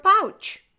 Pouch